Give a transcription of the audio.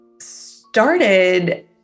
started